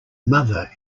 mother